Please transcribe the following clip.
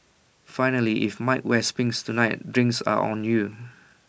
finally if mike wears pinks tonight drinks are on you